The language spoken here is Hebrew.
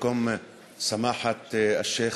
בשמחה רבה אנו מברכים אתכם בברכת ברוכים הבאים,